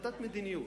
כהחלטת מדיניות,